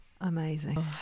Amazing